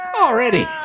Already